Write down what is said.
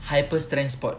hyper transport